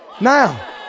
Now